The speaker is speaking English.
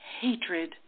hatred